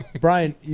Brian